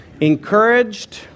encouraged